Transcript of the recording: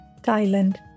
Thailand